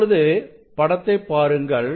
இப்பொழுது படத்தைப் பாருங்கள்